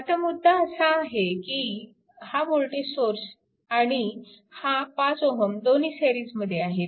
आता मुद्दा असा आहे की हा वोल्टेज सोर्स आणि हा 5 Ω दोन्ही सिरीजमध्येआहेत